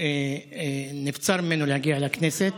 ונבצר ממנו להגיע לכנסת,